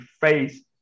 face